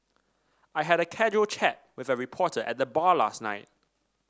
I had a casual chat with a reporter at the bar last night